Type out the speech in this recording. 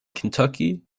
kentucky